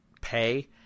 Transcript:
pay